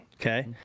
okay